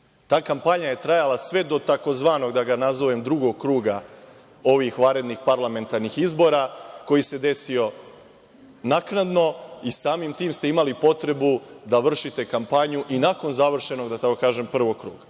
Ta kampanja je trajala sve do tzv. drugog kruga ovih vanrednih parlamentarnih izbora koji se desio naknadno i samim tim ste imali potrebu da vršite kampanju i nakon završenog da tako kažem prvog kruga. Dakle,